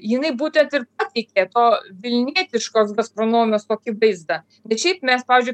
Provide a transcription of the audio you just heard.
jinai būtent ir pateikė to vilnietiškos gastronomijos tokį vaizdą bet šiaip mes pavyzdžiui